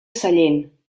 sallent